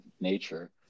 nature